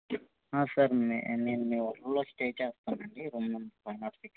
sir నేను మీ ఉప్పల్లో స్టే చేస్తాను అండి room number five naught six